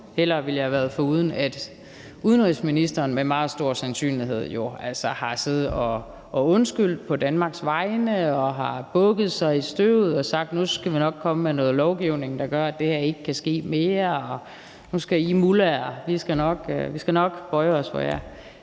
hellere ville jeg have været foruden, at udenrigsministeren med meget stor sandsynlighed jo har siddet og undskyldt på Danmarks vegne og har bukket sig i støvet og sagt: Nu skal vi nok komme med noget lovgivning, der gør, at det her ikke kan ske mere; vi skal nok bøje os for jer